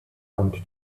und